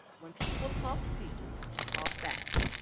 when people talk to you, talk back.